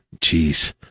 jeez